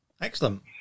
Excellent